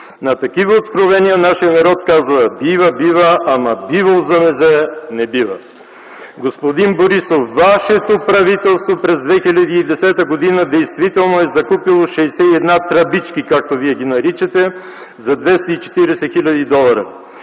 На такива откровения нашият народ казва: „Бива, бива, ама бивол за мезе не бива!”. Господин Борисов, вашето правителство през 2010 г. действително е закупило 61 „тръбички”, както Вие ги наричате, за 240 хил. долара.